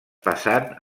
passant